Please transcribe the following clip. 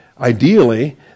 ideally